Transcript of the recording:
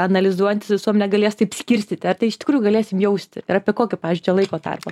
analizuojantys visuomenę galės taip skirstyti ar tai iš tikrųjų galėsim jausti ir apie kokį pavyzdžiui čia laiko tarpą